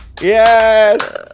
Yes